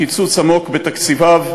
קיצוץ עמוק בתקציביו,